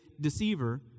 deceiver